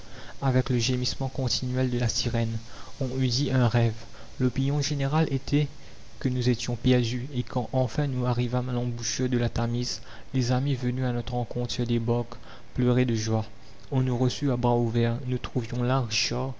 avec le gémissement continuel de la sirène on eût dit un rêve l'opinion générale était que nous étions perdus et quand enfin nous arrivâmes à l'embouchure de la tamise les amis venus à notre rencontre sur des barques pleuraient de joie on nous reçut à bras ouverts nous trouvions